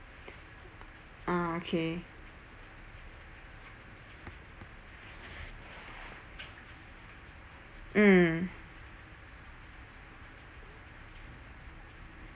ah okay mm